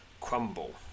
crumble